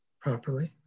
properly